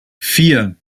vier